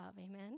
amen